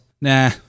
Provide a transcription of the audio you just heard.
Nah